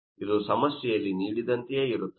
ಇದು ಸಮಸ್ಯೆಯಲ್ಲಿ ನೀಡಿದಂತೆಯೇ ಇರುತ್ತದೆ